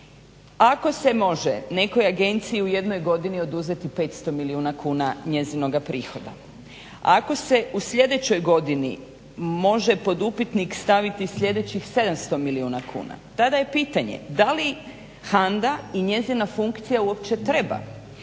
ako se može nekoj agenciji u jednoj godini oduzeti 500 milijuna kuna njezinoga prihoda, ako se u sljedećoj godini može pod upitnik staviti sljedećih 700 milijuna kuna, tada je pitanje da li HANDA i njezina funkcija uopće treba?